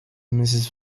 mrs